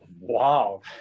wow